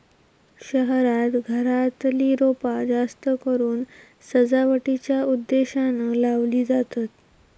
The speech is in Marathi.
शहरांत घरातली रोपा जास्तकरून सजावटीच्या उद्देशानं लावली जातत